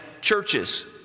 churches